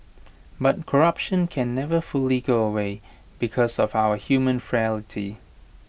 but corruption can never fully go away because of our human frailty